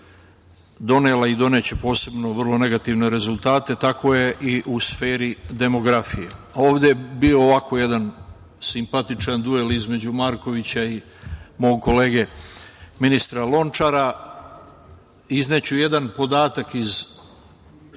donela i doneće posebno vrlo negativne rezultata, tako je i sferi demografije. Ovde je bio jedan onako simpatičan duel između Marković i mog kolege, ministra Lončara. Izneću jedan podatak iz,